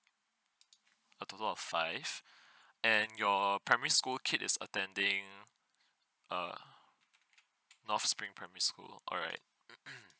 a total of five and your primary school kid is attending uh north spring primary school alright